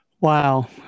Wow